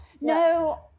No